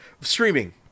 streaming